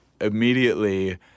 immediately